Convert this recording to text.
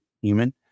human